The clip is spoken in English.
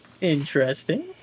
Interesting